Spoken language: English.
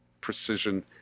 precision